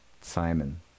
Simon